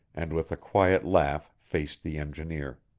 and with a quiet laugh faced the engineer.